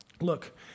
Look